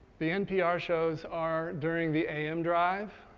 the npr shows are during the am drive,